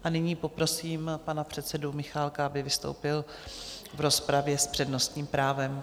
A nyní poprosím pana předsedu Michálka, aby vystoupil v rozpravě s přednostním právem.